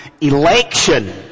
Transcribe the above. election